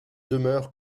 demeure